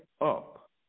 up